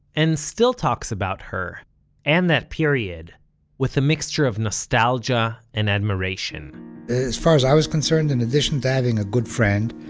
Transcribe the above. and still talks about her and that period with a mixture of nostalgia and admiration as far as i was concerned, in addition to having a good friend,